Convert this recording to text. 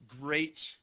Great